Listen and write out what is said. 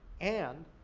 and,